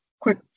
quick